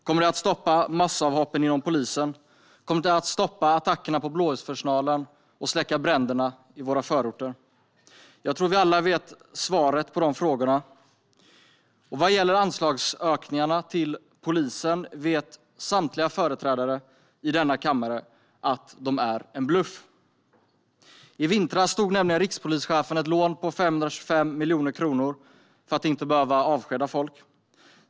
Kommer de att stoppa massavhoppen inom polisen? Kommer de att stoppa attackerna på blåljuspersonalen och släcka bränderna i våra förorter? Jag tror att vi alla vet svaret på de frågorna. Vad gäller anslagsökningarna till polisen vet samtliga företrädare i denna kammare att de är en bluff. I vintras tog nämligen rikspolischefen ett lån på 525 miljoner kronor för att inte behöva avskeda folk.